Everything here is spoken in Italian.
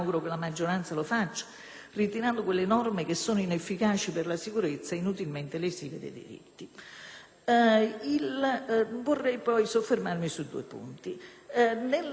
Vorrei poi soffermarmi su due punti. Nel *dossier* Caritas si parla del tasso di attività dei cittadini stranieri, che